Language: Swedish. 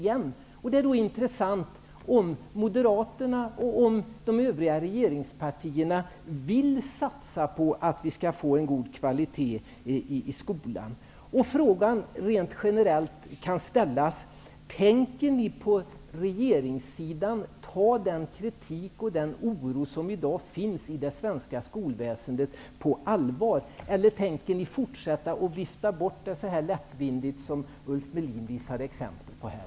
Det skall bli intressant att få se om Moderaterna och de övriga regeringspartierna vill satsa på en god kvalitet i skolan. Tänker ni på regeringssidan ta den kritik och oro som i dag finns i det svenska skolväsendet på allvar? Tänker ni fortsätta att vifta bort detta så lättvindigt som Ulf Melin visat exempel på här?